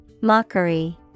Mockery